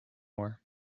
war